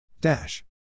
Dash